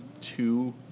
two